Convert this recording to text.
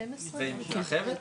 12 יותר?